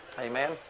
Amen